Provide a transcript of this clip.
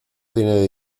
tiene